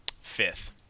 fifth